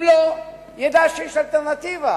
אם לא, ידע שיש אלטרנטיבה.